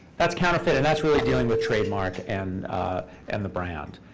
that's counterfeit, and that's really dealing with trademark and and the brand.